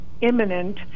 imminent